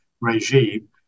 regime